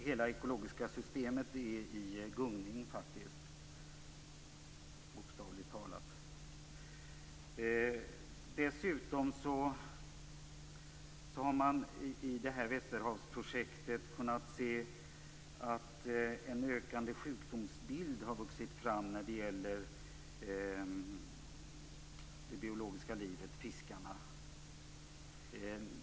Hela det ekologiska systemet är faktiskt i gungning. Dessutom har man i Västerhavsprojektet kunnat se en ökande sjukdomsbild växa fram för det biologiska livet inklusive fiskarna.